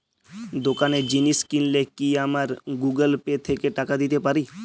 দোকানে জিনিস কিনলে কি আমার গুগল পে থেকে টাকা দিতে পারি?